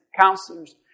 counselors